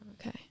Okay